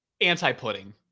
anti-pudding